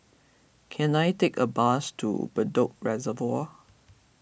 can I take a bus to Bedok Reservoir